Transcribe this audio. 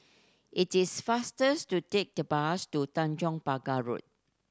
it is fastest to take the bus to Tanjong Pagar Road